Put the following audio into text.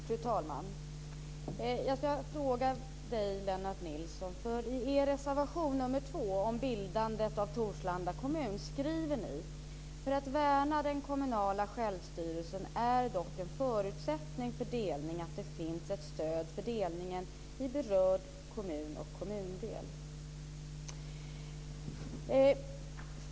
Fru talman! Jag ska ställa en fråga till Lennart Nilsson. I er reservation 2 om bildandet av Torslanda kommun skriver ni: "För att värna den kommunala självstyrelsen är dock en förutsättning för delning att det finns ett stöd för delningen i berörd kommun och kommundel."